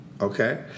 Okay